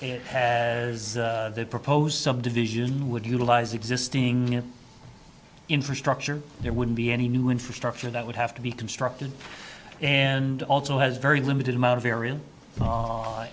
s they proposed subdivision would utilize existing infrastructure there would be any new infrastructure that would have to be constructed and also has a very limited amount of area